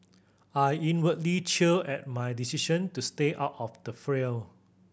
I inwardly cheer at my decision to stay out of the fray